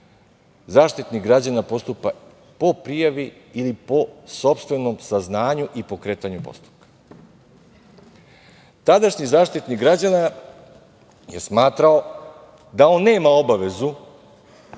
Zaštitnik građana postupa po prijavi ili po sopstvenom saznanju i pokretanju postupka. Tadašnji Zaštitnik građana je smatrao da on nema obavezu